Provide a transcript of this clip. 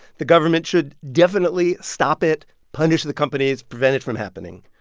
the government should definitely stop it, punish the companies, prevent it from happening.